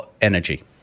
Energy